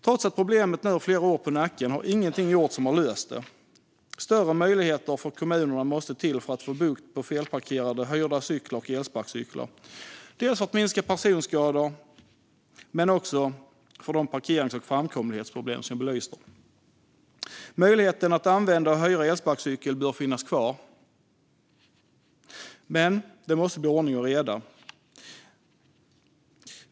Trots att problemet nu har flera år på nacken har ingenting gjorts som har löst det. Kommunerna måste få större möjligheter att få bukt med felparkerade hyrda cyklar och elsparkcyklar, dels för att minska personskador, dels med tanke på de parkerings och framkomlighetsproblem som jag belyste. Möjligheten att använda och hyra elsparkcykel bör finnas kvar, men det måste bli ordning och reda.